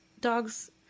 dogs